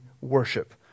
worship